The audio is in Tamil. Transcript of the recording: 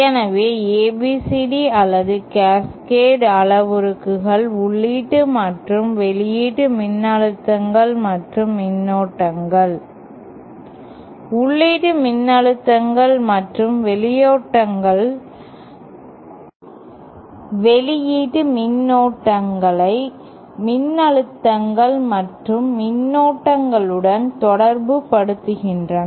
எனவே ABCD அல்லது கேஸ்கேட் அளவுருக்கள் உள்ளீடு மற்றும் வெளியீட்டு மின்னழுத்தங்கள் மற்றும் மின்னோட்டங்கள் உள்ளீட்டு மின்னழுத்தங்கள் மற்றும் மின்னோட்டங்களை வெளியீட்டு மின்னழுத்தங்கள் மற்றும் மின்னோட்டங்களுடன் தொடர்புபடுத்துகின்றன